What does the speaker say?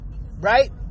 right